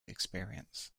experience